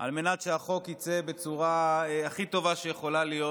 על מנת שהחוק יצא בצורה הכי טובה שיכולה להיות,